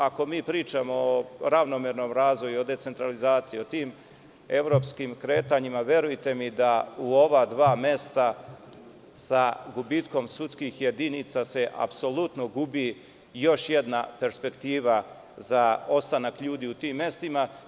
Ako pričamo o ravnomernom razvoju, o decentralizaciji, o tim evropskim kretanjima, verujte mi da će se u ova dva mesta sa gubitkom sudskih jedinica apsolutno izgubiti još jedna perspektiva za ostanak ljudi u tim mestima.